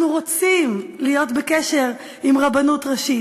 אנחנו רוצים להיות בקשר עם רבנות ראשית.